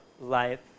life